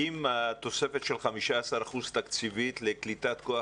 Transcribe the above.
האם התוספת של 15% תקציבית לקליטת כוח